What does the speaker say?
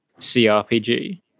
CRPG